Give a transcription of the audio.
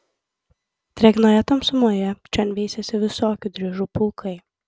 drėgnoje tamsumoje čion veisėsi visokių driežų pulkai